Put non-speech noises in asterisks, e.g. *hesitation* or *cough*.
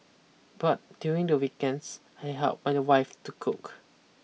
but during the weekends I help *hesitation* my wife to cook